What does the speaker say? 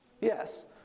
Yes